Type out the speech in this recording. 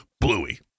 Bluey